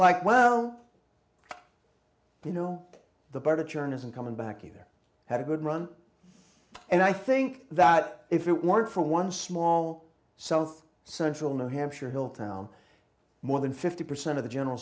like well you know the bar to churn isn't coming back either had a good run and i think that if it weren't for one small south central new hampshire hill town more than fifty percent of the general